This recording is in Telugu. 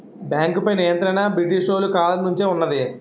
బేంకుపై నియంత్రణ బ్రిటీసోలు కాలం నుంచే వున్నది